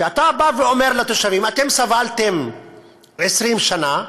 שאתה בא ואומר לתושבים: סבלתם 20 שנה,